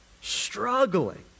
struggling